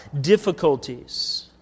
difficulties